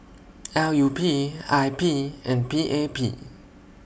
L U P I P and P A P